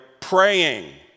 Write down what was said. praying